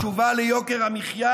כי התשובה ליוקר המחיה